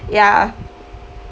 ya